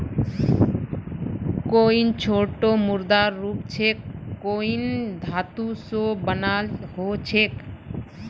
coin छोटो मुद्रार रूप छेक कॉइन धातु स बनाल ह छेक